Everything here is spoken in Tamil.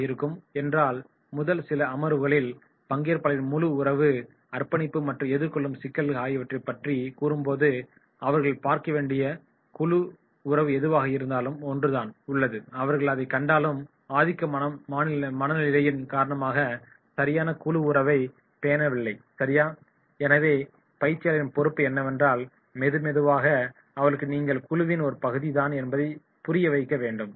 என்றால் முதல் சில அமர்வுகளில் பங்கேற்பாளர்களின் குழு உறவு அர்ப்பணிப்பு மற்றும் எதிர்கொள்ளும் சிக்கல்கள் ஆகியவற்றை பற்றி கூறும் போது அவர்கள் பார்க்க வேண்டிய குழு உறவு எதுவாக இருந்தாலும் ஒன்று தான் உள்ளது அவர்கள் அதைக் கண்டாலும் ஆதிக்க மனநிலையின் காரணமாக சரியான குழு உறவை பேணவில்லை சரியா எனவே பயிற்சியாளரின் பொறுப்பு என்னவென்றால் மெது மெதுவாக அவர்களுக்குப் நீங்களும் குழுவின் ஒரு பகுதி தான் என்பதை புரிய வைக்க வேண்டும் சரியா